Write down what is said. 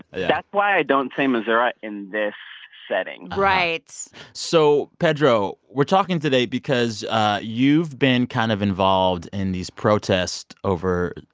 that's why i don't as missoura in this setting right so pedro, we're talking today because you've been kind of involved in these protests over